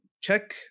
check